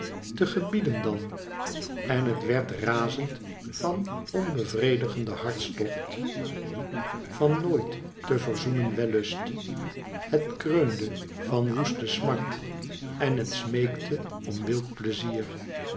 te gebieden dan en het werd razend van onbevredigden hartstocht van nooit te verzoenen wellust het kreunde van woeste smart en het smeekte om wild pleizier